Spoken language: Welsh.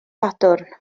sadwrn